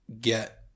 get